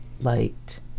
light